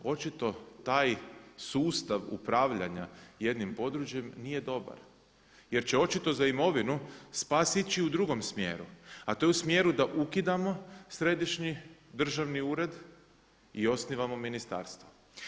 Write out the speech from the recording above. Očito taj sustav upravljanja jednim područjem nije dobar jer će očito za imovinu spas ići u drugom smjeru a to je u smjeru da ukidamo Središnji državni ured i osnivamo ministarstvo.